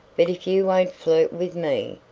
but if you won't flirt with me,